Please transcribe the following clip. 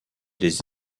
des